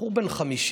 בחור בן 50,